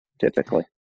typically